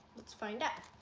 let's find out.